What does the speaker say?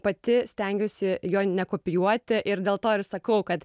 pati stengiuosi jo nekopijuoti ir dėl to ir sakau kad